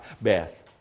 Beth